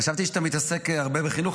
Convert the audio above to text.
חשבתי שאתה מתעסק הרבה בחינוך,